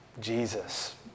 Jesus